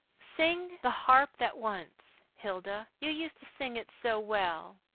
sing the harp that once hilda. you used to sing it so well.